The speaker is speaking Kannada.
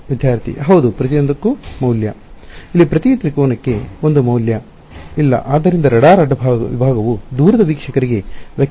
ವಿದ್ಯಾರ್ಥಿ ಹೌದು ಪ್ರತಿಯೊಂದಕ್ಕೂ ಮೌಲ್ಯ